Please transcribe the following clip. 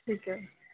ਠੀਕ ਹੈ